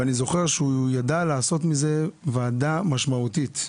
ואני זוכר שהוא ידע לעשות מזה ועדה משמעותית.